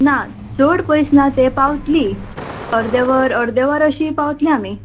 ना चड पयस ना तें पावतलीं अर्दें वर अर्दें वर अशीं पावत्लीं आमी